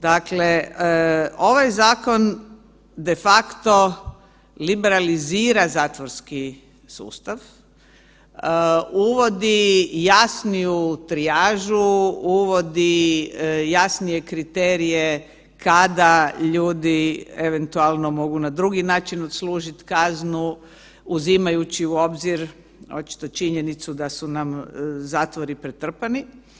Dakle, ovaj zakon de facto liberalizira zatvorski sustav, uvodi jasniju trijažu, uvodi jasnije kriterije kada ljudi eventualno mogu na drugi način odslužit kaznu uzimajući u obzir očito činjenicu da su nam zatvori pretrpani.